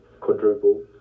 quadruple